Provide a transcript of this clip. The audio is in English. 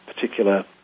particular